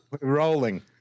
rolling